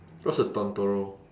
what's a